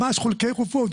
ממש חלקי גופות.